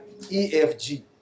EFG